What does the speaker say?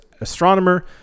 astronomer